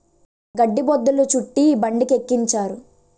గడ్డి బొద్ధులు చుట్టి బండికెక్కించారు